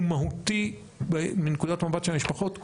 הוא מהותי מנקודת מבט של המשפחות,